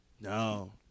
No